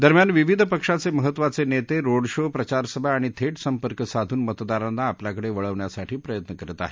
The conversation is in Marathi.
दरम्यान विविध पक्षाचे महत्त्वाचे नेते रोड शो प्रचारसभा आणि थेट संपर्क साधून मतदारांना आपल्याकडे वळवण्यासाठी प्रयत्न करत आहेत